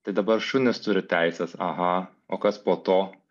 tai dabar šunys turi teises aha o kas po to